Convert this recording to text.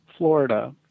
Florida